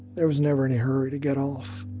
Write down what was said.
there was never any hurry to get off